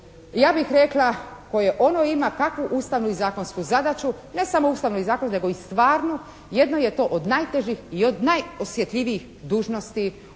ja bih rekla, koje ono ima takvu ustavnu i zakonsku zadaću. Ne samo ustavnu i zakonsku nego i stvarno jedno je to od najtežih i od najosjetljivijih dužnosti